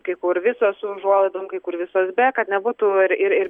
kai kur visos su užuolaidom kai kur visos be kad nebūtų ir ir